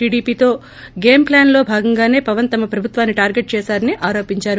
టీడీపీతో గేమ్ ప్లాన్లో భాగంగానే పవన్ తమ ప్రభుత్వాన్ని టార్గెట్ చేశారని ఆరోపించారు